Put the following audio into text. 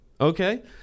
Okay